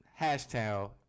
Hashtag